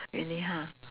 really ha